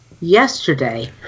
yesterday